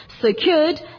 secured